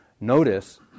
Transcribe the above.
notice